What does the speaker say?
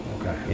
Okay